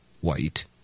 white